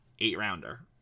Eight-rounder